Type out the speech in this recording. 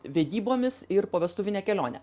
vedybomis ir povestuvine kelione